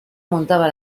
montaba